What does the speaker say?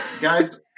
guys